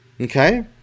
Okay